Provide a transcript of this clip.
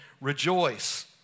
rejoice